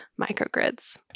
microgrids